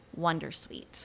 Wondersuite